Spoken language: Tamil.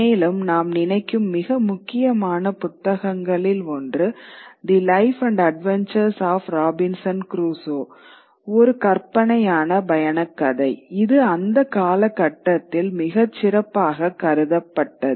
மேலும் நாம் நினைக்கும் மிக முக்கியமான புத்தகங்களில் ஒன்று the life and adventures of Robinson Crusoe ஒரு கற்பனையான பயணக் கதை இது அந்தக் காலகட்டத்தில் மிகச் சிறப்பாக கருதப்பட்டது